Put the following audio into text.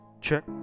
check